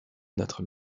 notre